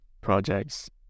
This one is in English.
projects